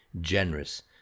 generous